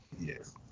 Yes